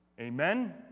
Amen